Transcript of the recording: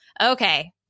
Okay